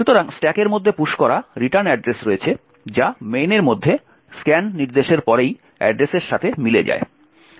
সুতরাং স্ট্যাকের মধ্যে পুশ করা রিটার্ন অ্যাড্রেস রয়েছে যা main এর মধ্যে scan নির্দেশের পরেই অ্যাড্রেসের সাথে মিলে যায়